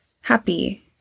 happy